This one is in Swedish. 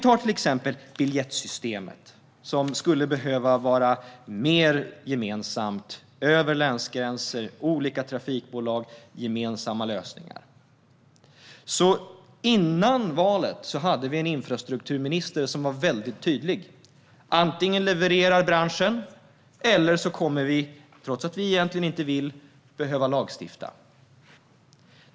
Ta till exempel biljettsystemet, som skulle behöva vara mer gemensamt över länsgränser med gemensamma lösningar för olika trafikbolag. Före valet hade vi en infrastrukturminister som var väldigt tydlig: Antingen levererar branschen, eller också kommer vi - trots att vi egentligen inte vill - att behöva lagstifta.